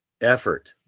effort